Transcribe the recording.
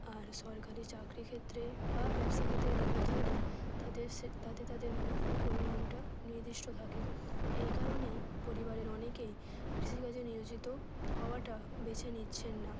আর সরকারি চাকরি ক্ষেত্রে বা ব্যবসা ক্ষেত্রে নিয়োজিত থাকলে তাদের সে তাতে তাদের মুনাফার পরিমাণটা নির্দিষ্ট থাকে এই কারণেই পরিবারের অনেকেই কৃষিকাজে নিয়োজিত হওয়াটা বেছে নিচ্ছেন না